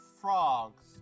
frogs